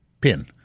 pin